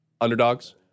underdogs